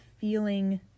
feeling